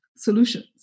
Solutions